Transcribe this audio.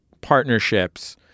partnerships